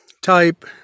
type